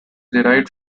derived